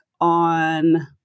on